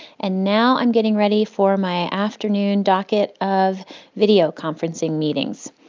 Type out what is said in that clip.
and now i'm getting ready for my afternoon docket of video conferencing meetings.